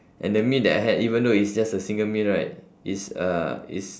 and the meal that I had even though it's just a single meal right it's uh it's